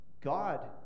God